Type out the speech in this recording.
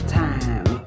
time